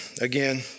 Again